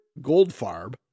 Goldfarb